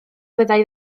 fyddai